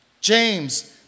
James